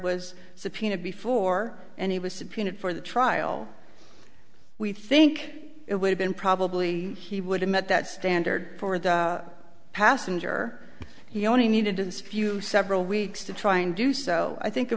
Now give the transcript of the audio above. was subpoenaed before and he was subpoenaed for the trial we think it would have been probably he would have met that standard for the passenger he only needed to this few several weeks to try and do so i think it